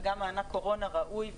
וגם מענק קורונה ראוי ונכון.